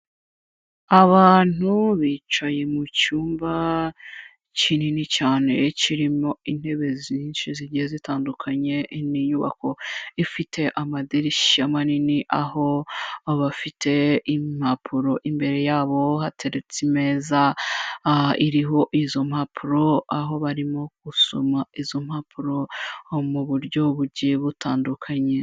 Abantu bicaye mu cyumba kinini cyane, kirimo intebe zinshi zigiye zitandukanye. Ni inyubako ifite amadirishya manini aho, abafite impapuro imbere yabo hateretse imeza iriho izo mpapuro, aho barimo gusoma izo mpapuro, mu buryo bugiye butandukanye.